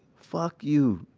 fuck you.